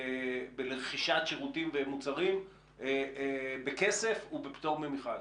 ברכישת שירותים ומוצרים בכסף או בפטור ממכרז?